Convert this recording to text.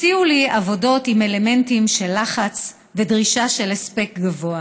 הציעו לי עבודות עם אלמנטים של לחץ ודרישה של הספק גבוה,